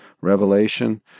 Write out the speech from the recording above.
revelation